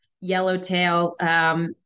yellowtail